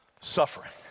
suffering